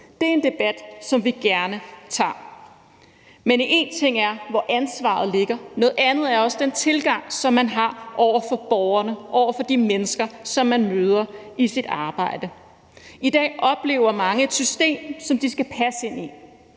Det er en debat, som vi gerne tager. Men en ting er, hvor ansvaret ligger; noget andet er den tilgang, som man har til borgerne, til de mennesker, som man møder i sit arbejde. I dag oplever mange et system, som de skal passe ind i,